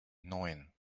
neun